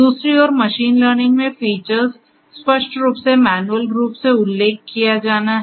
दूसरी ओर machine learning में फीचर्स स्पष्ट रूप से मैन्युअल रूप से उल्लेख किया जाना है